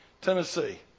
Tennessee